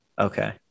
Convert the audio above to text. Okay